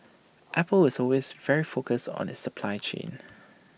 apple is always very focused on its supply chain